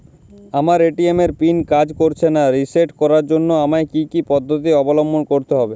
আমার এ.টি.এম এর পিন কাজ করছে না রিসেট করার জন্য আমায় কী কী পদ্ধতি অবলম্বন করতে হবে?